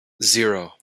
zero